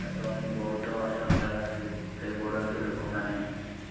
ଏବଂ ବହୁତ ଅସମ୍ଭାଳ ହେଇପଡ଼ନ୍ତି ଲୋକମାନେ